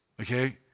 Okay